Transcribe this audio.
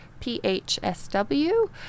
PHSW